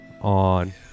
On